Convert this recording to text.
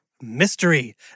mystery